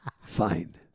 Fine